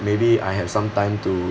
maybe I have some time to